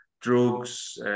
Drugs